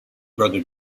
brother